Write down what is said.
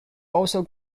also